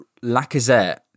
Lacazette